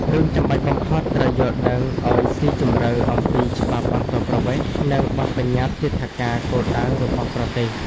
រឿងចាំបាច់បំផុត ត្រូវយល់ដឹងអោយស៊ីជម្រៅអំពីច្បាប់អន្តោប្រវេសន៍ និងបទប្បញ្ញត្តិទិដ្ឋាការគោលដៅរបស់ប្រទេស។